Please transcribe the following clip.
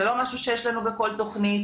זה לא משהו שיש לנו בכל תכנית.